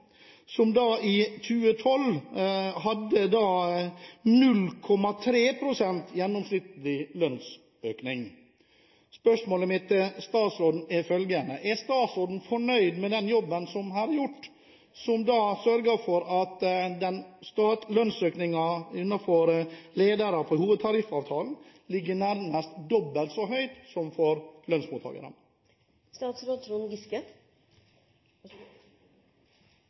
som i 2012 hadde 0,3 pst. gjennomsnittlig lønnsøkning. Spørsmålet mitt til statsråden er følgende: Er statsråden fornøyd med den jobben som her er gjort, som sørger for at lønnsøkningen for ledere innenfor hovedtariffavtalen ligger nærmest dobbelt så høyt som for